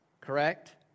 Correct